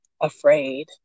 afraid